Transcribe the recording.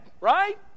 right